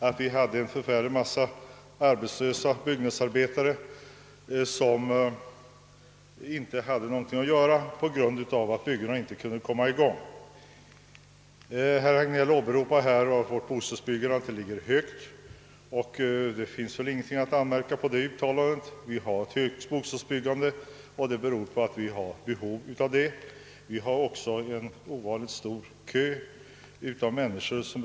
Därigenom fick vi också en stor mängd byggnadsarbetare som inte hade någonting att göra därför att byggena inte kunde komma i gång. Herr Hagnell sade att bostadsbyggandet i vårt land ligger högt, och det är väl riktigt. Men vi har behov av ett högt bostadsbyggande därför att det hos oss finns en ovanligt lång kö av bostadssökande.